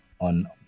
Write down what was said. on